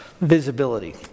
visibility